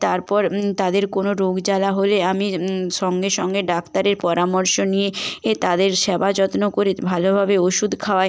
তারপর তাদের কোনো রোগ জ্বালা হলে আমি সঙ্গে সঙ্গে ডাক্তারের পরামর্শ নিয়ে এ নিয়ে তাদের সেবা যত্ন করে ভালোভাবে ওষুধ খাওয়াই